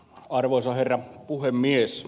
arvoisa herra puhemies